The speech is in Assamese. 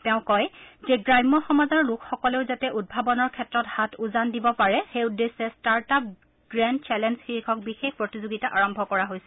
তেওঁ কয় যে গ্ৰাম্য সমাজৰ লোকসকলেও যাতে উদ্ভাৱনৰ ক্ষেত্ৰত হাত উজান দিব পাৰে সেই উদ্দেশ্যে ষ্টাৰ্ট আপ গ্ৰেণ্ড চেলেঞ্জ শীৰ্ষক বিশেষ প্ৰতিযোগিতা আৰম্ভ কৰা হৈছে